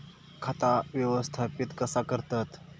खाता व्यवस्थापित कसा करतत?